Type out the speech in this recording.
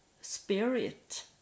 spirit